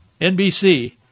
NBC